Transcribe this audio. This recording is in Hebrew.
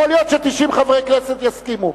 יכול להיות ש-90 חברי כנסת יסכימו.